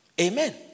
Amen